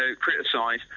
criticise